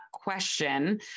question